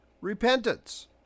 repentance